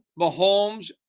Mahomes